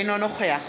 אינו נוכח